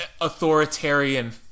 authoritarian